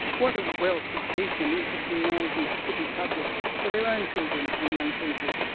what a wealth of deep and interesting narratives could be published for their own children and young people.